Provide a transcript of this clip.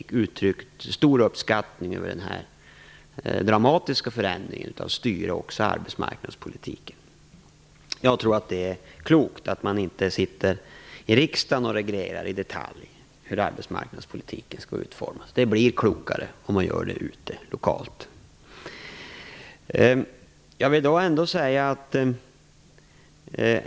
De har uttryckt stor uppskattning över den här dramatiska förändringen och styrningen av arbetsmarknadspolitiken. Jag tror att det är klokt att man inte från riksdagen i detalj reglerar hur arbetsmarknadspolitiken skall utformas. Den blir klokare om man gör det lokalt.